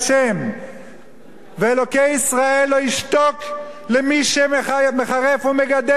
ואלוקי ישראל לא ישתוק למי שמחרף ומגדף את מי שדבקים בתורתו.